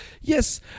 Yes